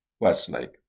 westlake